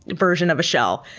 version of a shell,